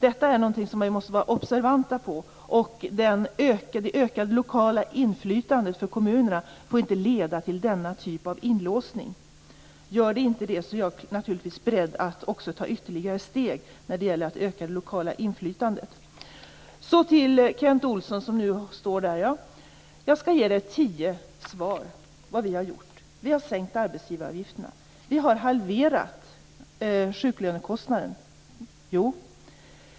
Detta är någonting som vi måste vara observanta på. Det ökade lokala inflytandet för kommunerna får inte leda till denna typ av inlåsning. Jag är naturligtvis också beredd att ta ytterligare steg för att öka det lokala inflytandet. Jag skall ge Kent Olsson tio exempel på vad vi har gjort. Vi har sänkt arbetsgivaravgifterna. Vi har halverat sjuklönekostnaden.